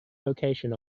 location